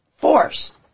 force